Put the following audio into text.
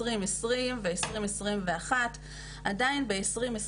של שנת 2020 ושל שנת 2021. עדיין ב-2021